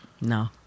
No